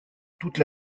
toute